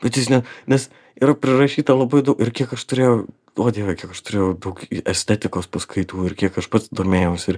bet jis ne nes yra prirašyta labai daug ir kiek aš turėjau o dieve kiek aš turėjau daug i estetikos paskaitų ir kiek aš pats domėjaus ir